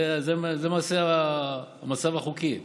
זה למעשה המצב החוקי.